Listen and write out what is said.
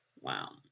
Wow